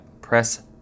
press